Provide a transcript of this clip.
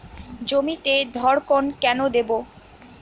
জমিতে ধড়কন কেন দেবো?